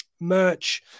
Merch